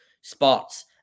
spots